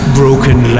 broken